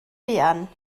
fuan